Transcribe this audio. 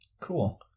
Cool